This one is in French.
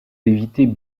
éviter